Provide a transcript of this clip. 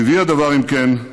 טבעי הדבר, אם כן,